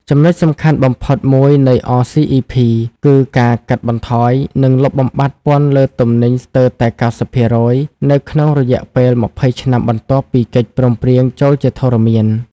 ចំណុចសំខាន់បំផុតមួយនៃ អ សុី អុី ភី (RCEP) គឺការកាត់បន្ថយ និងលុបបំបាត់ពន្ធលើទំនិញស្ទើរតែ ៩០% នៅក្នុងរយៈពេល ២០ ឆ្នាំបន្ទាប់ពីកិច្ចព្រមព្រៀងចូលជាធរមាន។